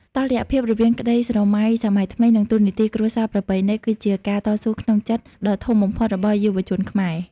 តុល្យភាពរវាងក្តីស្រមៃសម័យថ្មី និងតួនាទីគ្រួសារប្រពៃណី គឺជាការតស៊ូក្នុងចិត្តដ៏ធំបំផុតរបស់យុវជនខ្មែរ។